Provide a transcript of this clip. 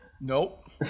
nope